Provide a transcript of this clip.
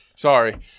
Sorry